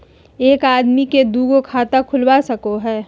एक आदमी के दू गो खाता खुल सको है?